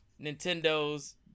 Nintendo's